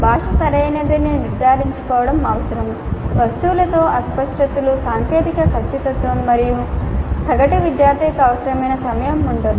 భాష సరైనదని నిర్ధారించుకోవడం అవసరం వస్తువులలో అస్పష్టతలు సాంకేతిక ఖచ్చితత్వం మరియు సగటు విద్యార్థికి అవసరమైన సమయం లేదు